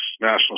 national